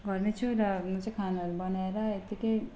घरमै छु र म चाहिँ खानाहरू बनाएर यत्तिकै